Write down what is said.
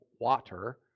water